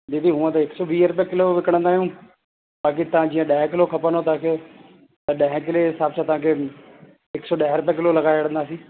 दीदी हूअ त हिकु सौ वीह रुपिया विकिणंदा आहियूं बाक़ी तव्हां जीअं ॾह किलो खपंदो तव्हां खे त ॾह किले जे हिसाब सां तव्हां खे हिकु सौ ॾह रुपए लॻाए छॾंदासीं